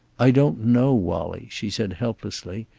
i don't know, wallie, she said helplessly.